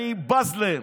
אני בז להם.